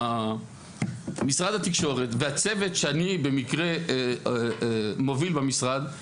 משרד התקשורת והצוות שאני במקרה מוביל במשרד,